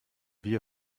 wir